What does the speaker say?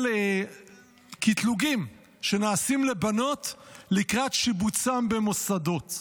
של קטלוגים שנעשים לבנות לקראת שיבוצן במוסדות.